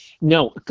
No